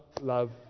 Love